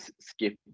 skip